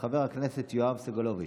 חבר הכנסת יואב סגלוביץ'.